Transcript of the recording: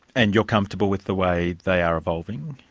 and you're comfortable with the way they are evolving?